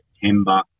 September